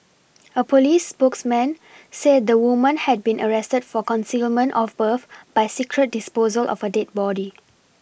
a police spokesman said the woman had been arrested for concealment of birth by secret disposal of a dead body